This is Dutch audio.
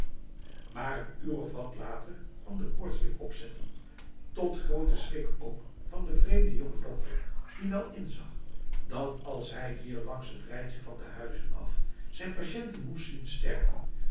maar n uur of wat later kwam de koorts weer opzetten tot grote schrik ook van de vreemde jonge dokter die wel inzag dat als hij hier langs het rijtje van de huizen afzijn patiënten moest zien sterven